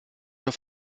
auf